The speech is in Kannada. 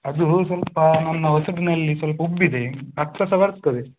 ಅದು ಸ್ವಲ್ಪ ನನ್ನ ಒಸಡಿನಲ್ಲಿ ಸ್ವಲ್ಪ ಉಬ್ಬಿದೆ ರಕ್ತ ಸಹ ಬರ್ತದೆ